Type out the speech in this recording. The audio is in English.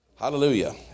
Hallelujah